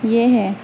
یہ ہے